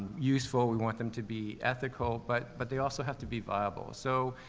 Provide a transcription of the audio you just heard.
useful, we want them to be ethical, but, but they also have to be viable. so,